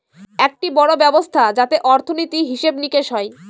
একটি বড়ো ব্যবস্থা যাতে অর্থনীতি, হিসেব নিকেশ হয়